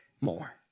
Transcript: more